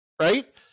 right